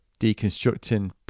deconstructing